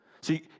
See